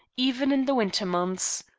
even in the winter months.